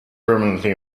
permanently